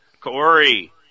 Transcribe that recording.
Corey